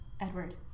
Edward